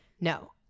No